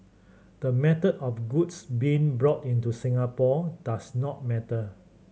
the method of goods being brought into Singapore does not matter